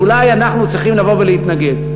אז אולי אנחנו צריכים לבוא ולהתנגד.